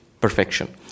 perfection